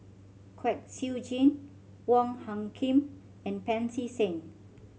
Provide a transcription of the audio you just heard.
Kwek Siew Jin Wong Hung Khim and Pancy Seng